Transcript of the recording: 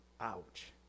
Ouch